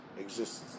existence